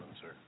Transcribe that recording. sir